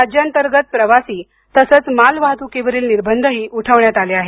राज्यांतर्गत प्रवासी तसंच माल वाहतुकीवरील निर्बंधही उठवण्यात आले आहेत